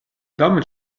damit